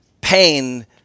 pain